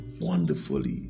wonderfully